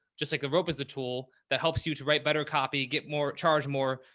just like the rope is a tool that helps you to write better. copy, get more, charge more,